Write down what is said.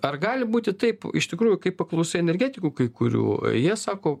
ar gali būti taip iš tikrųjų kaip paklusai energetikų kai kurių jie sako